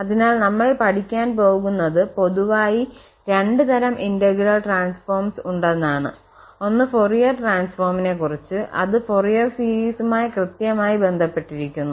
അതിനാൽ നമ്മൾ പഠിക്കാൻ പോകുന്നത് പൊതുവായി രണ്ട് തരം ഇന്റഗ്രൽ ട്രാൻസ്ഫോംസ് ഉണ്ടെന്നാണ് ഒന്ന് ഫൊറിയർ ട്രാൻസ്ഫോമിനെക്കുറിച്ച് അത് ഫൊറിയർ സീരീസുമായി കൃത്യമായി ബന്ധപ്പെട്ടിരിക്കുന്നു